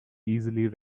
easily